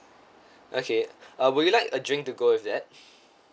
okay uh would you like a drink to go with that